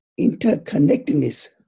interconnectedness